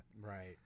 Right